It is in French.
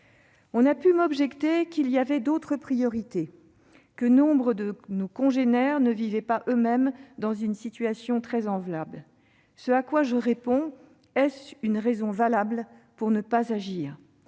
On a pu m'objecter qu'il y avait d'autres priorités, que nombre de nos congénères ne vivaient pas eux-mêmes dans une situation très enviable. Ce à quoi je réponds : est-ce une raison valable pour ne pas agir ?